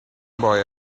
boy